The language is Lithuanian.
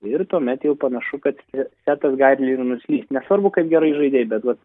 ir tuomet jau panašu kad setas gali ir nuslyst nesvarbu kad gerai žaidei bet vat